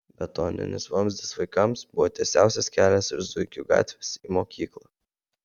betoninis vamzdis vaikams buvo tiesiausias kelias iš zuikių gatvės į mokyklą